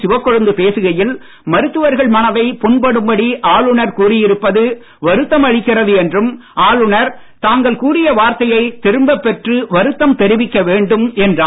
சிவக்கொழுந்து பேசுகையில் மருத்துவர்கள் மனதை புண்படும்படி ஆளுனர் கூறியிருப்பது வருத்தம் அளிக்கிறது என்றும் ஆளுநர் தாங்கள் கூறிய வார்த்தையைத் திரும்ப பெற்று வருத்தம் தெரிவிக்க வேண்டும் என்றார்